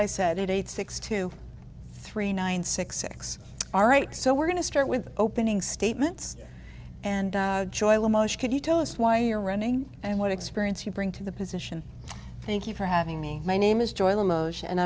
i said eight six two three nine six six all right so we're going to start with opening statements and joy limoges could you tell us why you're running and what experience you bring to the position thank you for having me my name is joy limoges and